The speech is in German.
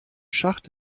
schacht